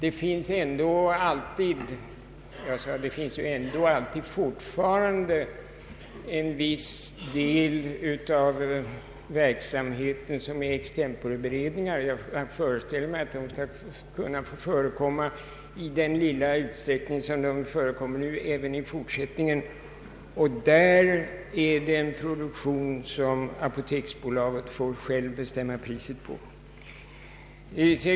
En viss del av verksamheten består fortfarande av extemporeberedningar. Jag föreställer mig att de även i fortsättningen skall få förekomma i samma lilla utsträckning som nu. Det är här fråga om en produktion som apoteksbolaget självt får bestämma priset på.